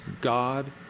God